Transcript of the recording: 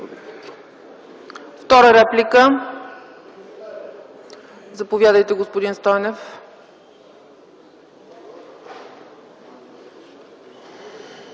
Втора реплика – заповядайте, господин Имамов.